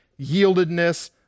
yieldedness